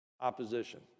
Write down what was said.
opposition